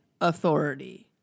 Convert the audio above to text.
authority